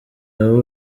abo